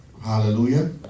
Hallelujah